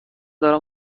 دارم